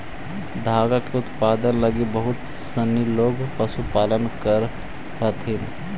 धागा के उत्पादन लगी बहुत सनी लोग पशुपालन करऽ हथिन